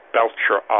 Belcher